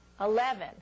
Eleven